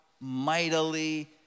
mightily